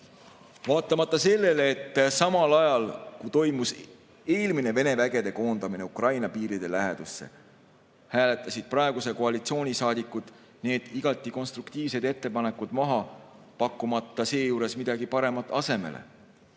Vaatamata sellele, samal ajal, kui toimus eelmine Vene vägede koondamine Ukraina piiride lähedusse, hääletasid praeguse koalitsiooni saadikud need igati konstruktiivsed ettepanekud maha, pakkumata seejuures midagi paremat asemele.